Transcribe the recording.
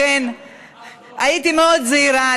לכן הייתי מאוד זהירה,